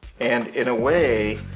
and in a way,